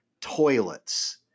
toilets